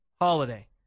holiday